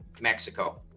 Mexico